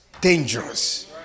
dangerous